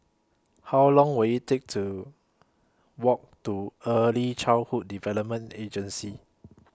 How Long Will IT Take to Walk to Early Childhood Development Agency